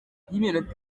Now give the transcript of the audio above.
y’iminota